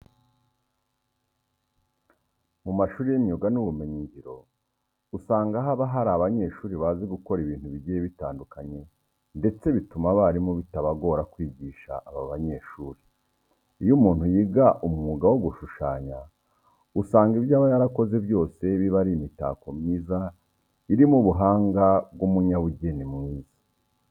Mu mashuri y'imyuga n'ubumenyingiro usanga haba hari abanyeshuri bazi gukora ibintu bigiye bitandukanye ndetse bituma abarimu bitabagora kwigisha aba banyeshuri. Iyo umuntu yiga umwuga wo gushushanya usanga ibyo aba yarakoze byose biba ari imitako myiza irimo ubuhanga bw'umunyabugeni mwiza.